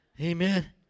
Amen